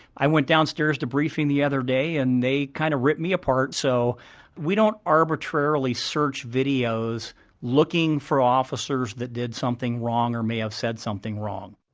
i went downstairs to briefing the other day and they kind of ripped me apart. so we don't arbitrarily search videos looking for officers that did something wrong or may have said something wrong.